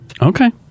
Okay